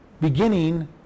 beginning